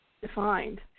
defined